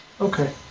okay